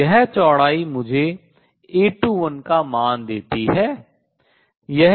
तो यह चौड़ाई मुझे A21 का मान देती है